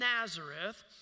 Nazareth